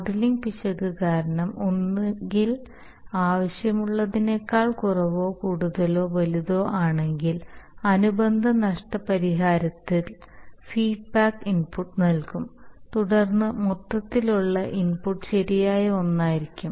modelling പിശക് കാരണം ഒന്നുകിൽ ആവശ്യമുള്ളതിനേക്കാൾ കുറവോ കൂടുതലോ വലുതോ ആണെങ്കിൽ അനുബന്ധ നഷ്ടപരിഹാര തിരുത്തൽ ഫീഡ്ബാക്ക് ഇൻപുട്ട് നൽകും തുടർന്ന് മൊത്തത്തിലുള്ള ഇൻപുട്ട് ശരിയായ ഒന്നായിരിക്കും